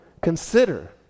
consider